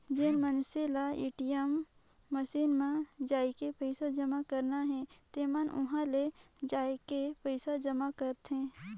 जेन मइनसे ल ए.टी.एम मसीन म जायके पइसा जमा करना हे तेमन उंहा ले जायके पइसा जमा करथे